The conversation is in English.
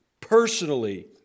personally